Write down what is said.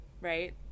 right